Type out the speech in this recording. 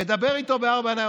מדבר איתו בארבע עיניים,